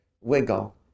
wiggle